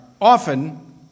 often